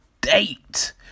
date